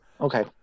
Okay